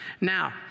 Now